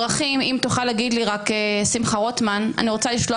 המוחות והמוחים ברחוב ובכל מקום בארץ לא ינוחו